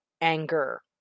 anger